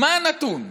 מה הנתון?